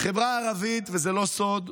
בחברה הערבית, וזה לא סוד,